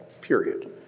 period